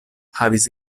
havis